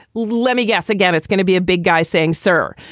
let me guess again. it's gonna be a big guy saying, sir,